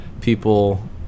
people